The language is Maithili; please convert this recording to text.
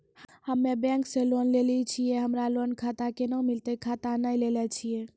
हम्मे बैंक से लोन लेली छियै हमरा लोन खाता कैना मिलतै खाता नैय लैलै छियै?